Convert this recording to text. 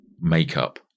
makeup